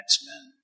X-Men